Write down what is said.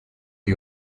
the